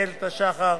איילת השחר,